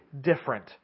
different